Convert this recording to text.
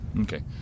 Okay